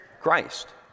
Christ